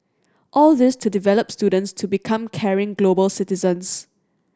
all this to develop students to become caring global citizens